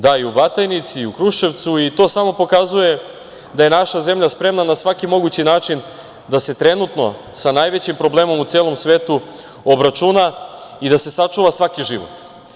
Da, i u Batajnici, i u Kruševcu i to samo pokazuje da je naša zemlja spremna na svaki mogući način da se trenutno sa najvećim problemom u celom svetu obračuna i da se sačuva svaki život.